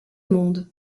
monde